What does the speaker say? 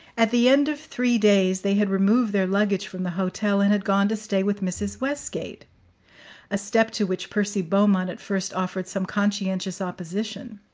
at the end of three days they had removed their luggage from the hotel and had gone to stay with mrs. westgate a step to which percy beaumont at first offered some conscientious opposition.